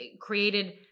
created